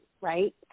Right